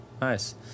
Nice